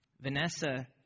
Vanessa